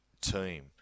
team